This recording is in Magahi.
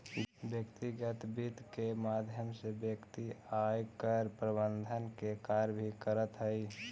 व्यक्तिगत वित्त के माध्यम से व्यक्ति आयकर प्रबंधन के कार्य भी करऽ हइ